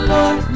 Lord